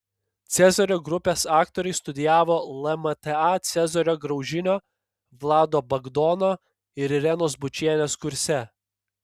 cezario grupės aktoriai studijavo lmta cezario graužinio vlado bagdono ir irenos bučienės kurse